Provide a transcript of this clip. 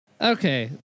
Okay